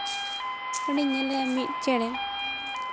ᱚᱸᱰᱮᱧ ᱧᱮᱞᱮᱭᱟ ᱢᱤᱫ ᱪᱮᱬᱮ